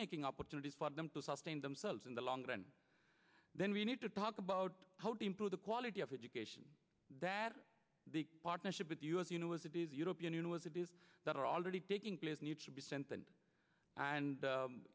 making opportunities for them to sustain themselves in the long run then we need to talk about how to improve the quality of education that the partnership with us universities utopian universities that are already taking place need to be sent in and